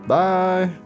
bye